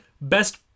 best